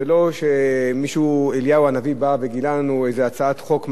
זה לא שאליהו הנביא בא וגילה לנו איזו הצעת חוק מעניינת,